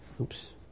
Oops